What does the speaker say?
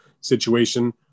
situation